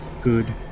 good